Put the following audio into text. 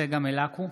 צגה מלקו,